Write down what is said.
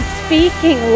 speaking